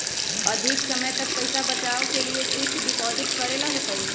अधिक समय तक पईसा बचाव के लिए फिक्स डिपॉजिट करेला होयई?